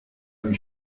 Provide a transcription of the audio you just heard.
une